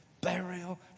burial